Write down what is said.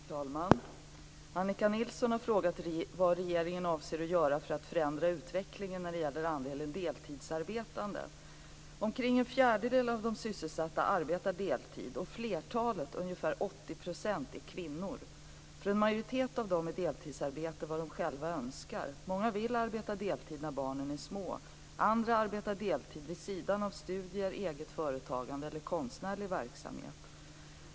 Herr talman! Annika Nilsson har frågat vad regeringen avser att göra för att förändra utvecklingen när det gäller andelen deltidsarbetande. Omkring en fjärdedel av de sysselsatta arbetar deltid och flertalet - ungefär 80 %- är kvinnor. För en majoritet av dem är deltidsarbete vad de själva önskar. Många vill arbeta deltid när barnen är små. Andra arbetar deltid vid sidan av studier, eget företagande eller konstnärlig verksamhet.